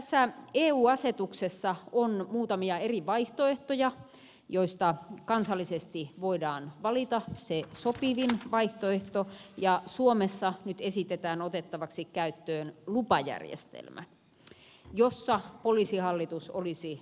tässä eu asetuksessa on muutamia eri vaihtoehtoja joista kansallisesti voidaan valita se sopivin vaihtoehto ja suomessa nyt esitetään otettavaksi käyttöön lupajärjestelmä jossa poliisihallitus olisi lupaviranomainen